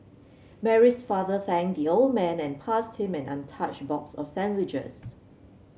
Mary's father thanked the old man and passed him an untouched box of sandwiches